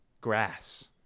Grass